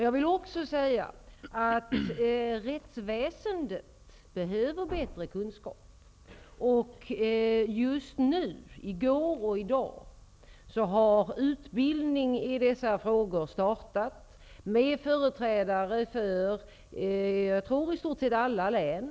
Jag vill också säga att rättsväsendet behöver bättre kunskap. I går och i dag startades en utbildning i dessa frågor, med företrädare för i stort sett alla län.